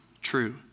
true